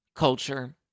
Culture